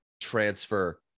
transfer